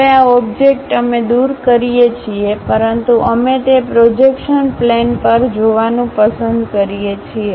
હવે આ ઓબ્જેક્ટ અમે દૂર કરીએ છીએ પરંતુ અમે તે પ્રોજેક્શન પ્લેન પર જોવાનું પસંદ કરીએ છીએ